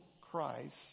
Christ